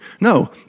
No